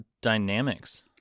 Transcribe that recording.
dynamics